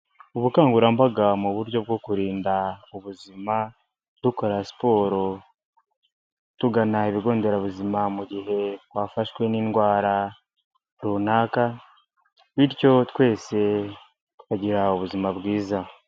Ubukangurambaga mu buryo bwo kurinda ubuzima dukora siporo, tugana ibigo nderabuzima mu gihe twafashwe n'indwara runaka, bityo twese tukagira ubuzima bwiza.